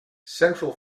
central